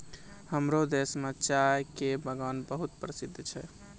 हमरो देश मॅ चाय के बागान बहुत प्रसिद्ध छै